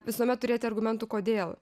visuomet turėti argumentų kodėl